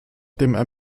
dem